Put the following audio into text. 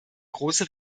große